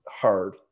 hard